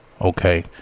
Okay